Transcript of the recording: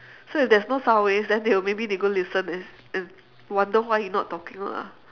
so if there's no sound waves then they will maybe they go listen and and wonder why you not talking lah